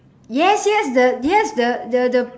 yes yes the yes the the the